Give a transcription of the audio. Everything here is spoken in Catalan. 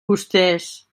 vostès